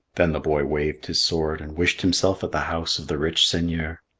then the boy waved his sword and wished himself at the house of the rich seigneur.